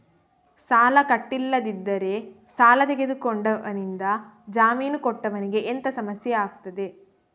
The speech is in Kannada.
ಸಾಲ ಕಟ್ಟಿಲ್ಲದಿದ್ದರೆ ಸಾಲ ತೆಗೆದುಕೊಂಡವನಿಂದ ಜಾಮೀನು ಕೊಟ್ಟವನಿಗೆ ಎಂತ ಸಮಸ್ಯೆ ಆಗ್ತದೆ?